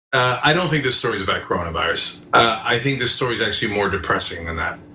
i don't think this story is about corona virus. i think the story is actually more depressing than that.